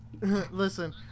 Listen